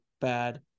bad